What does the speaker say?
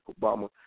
Obama